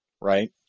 Right